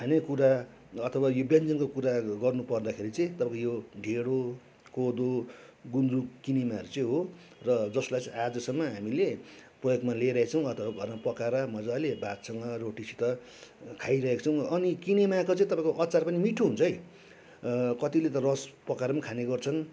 खानेकुरा अथवा यो व्यञ्जनको कुरा गर्नुपर्दाखेरि चाहिँ तपाईँको यो ढेँडो कोदो गुन्द्रुक किनेमाहरू चाहिँ हो र जसलाई चाहिँ आजसम्म हामीले प्रयोगमा ल्याइरहेका छौँ अथवा घरमा पकाएर मजाले भातसँग रोटीसित खाइरहेका छौँ अनि किनेमाको चाहिँ तपाईँको अचार पनि मिठो हुन्छ है कतिले त रस पकाएर पनि खाने गर्छन्